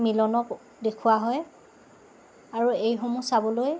মিলনক দেখুওৱা হয় আৰু এইসমূহ চাবলৈ